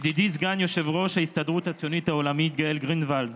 ידידי סגן יו"ר ההסתדרות הציונית העולמית גאל גרינוולד,